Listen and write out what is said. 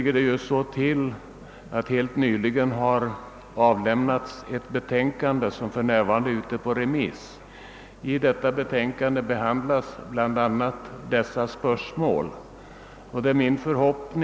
Ett betänkande har nyligen avlämnats, vilket för närvarande är ute på remiss. I detta betänkande behandlas bl.a. dessa spörsmål.